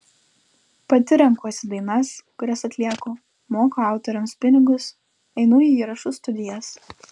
pati renkuosi dainas kurias atlieku moku autoriams pinigus einu į įrašų studijas